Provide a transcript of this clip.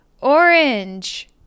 orange